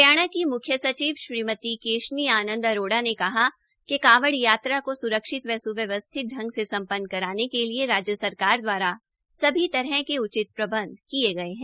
हरियाणा की मुख्य सचिव श्रीमती केशनी आनन्द अरोड़ा ने कहा कि कांवड़ यात्रा को सुरक्षित व सुव्यवस्थित ांग से संपन्न करवाने के लिए राज्य सरकार दवारा सभी तरह के उचित प्रबन्ध किये गए हैं